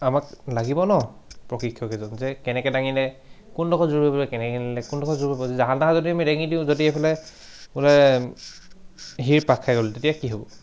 আমাক লাগিব ন প্ৰশিক্ষক এজন যে কেনেকৈ দাঙিলে কোনডখৰত জোৰ পৰিব কেনেকৈ দাঙিলে কোনডখৰত জোৰ জাহা তাহা যদি আমি দাঙি দিওঁ যদি এইফালে বোলে সিৰ পাক খাই গ'ল তেতিয়া কি হ'ব